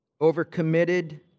overcommitted